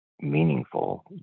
meaningful